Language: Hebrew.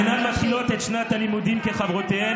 אינן מתחילות את שנת הלימודים כחברותיהן,